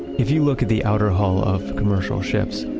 if you look at the outer hull of commercial ships,